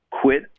quit